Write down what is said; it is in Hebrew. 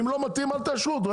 אם לא מתאים אל תאשרו אותו,